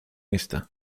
esta